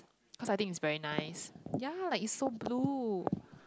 cause I think it's very nice ya like it's so blue